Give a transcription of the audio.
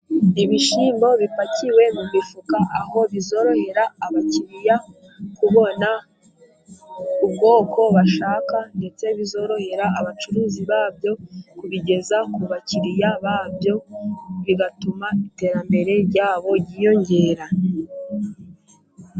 Ibishyimbo bipakiwe mu mifuka, aho bizorohera abakiriya kubona ubwoko bashaka, ndetse bizorohera abacuruzi babyo kubigeza ku bakiriya babyo, bigatuma iterambere ryabo ryiyongera.